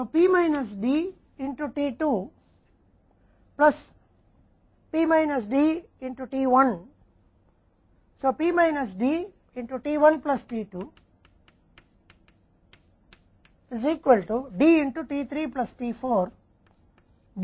इसलिए P minus D को t 2 में और P माइनस D को t 1 में इसलिए P माइनस D में t 1 प्लस t2 D में t3 प्लस t4 के बराबर है